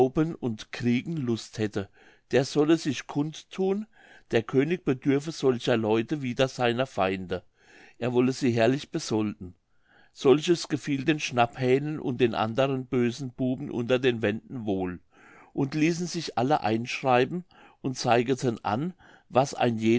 und kriegen lust hätte der solle sich kund thun der könig bedürfe solcher leute wider seine feinde er wolle sie herrlich besolden solches gefiel den schnapphähnen und den anderen bösen buben unter den wenden wohl und ließen sich alle einschreiben und zeigeten an was ein